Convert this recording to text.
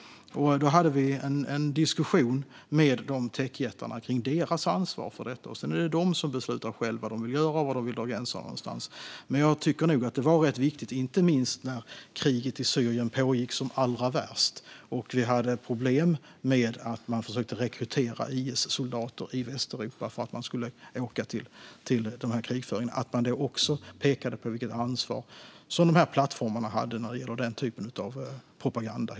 Vi hade en diskussion med techjättarna kring deras ansvar i dessa frågor. Sedan beslutar de själva vad de vill göra och vilka gränser de vill dra. Jag tyckte nog att det var viktigt när kriget i Syrien pågick som allra värst, och det var problem med rekrytering av IS-soldater i Västeuropa till dessa krigförande områden, att man också pekade på vilket ansvar som plattformarna hade när det gäller den typen av propaganda.